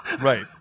right